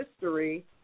history